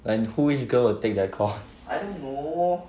and who~ which girl will take that course